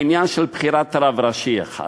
העניין של בחירת רב ראשי אחד